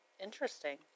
Interesting